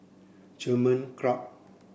German Club